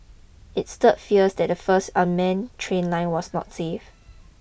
it stirred fears that the first unmanned train line was not safe